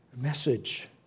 message